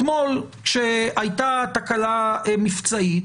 אתמול כשהייתה תקלה מבצעית,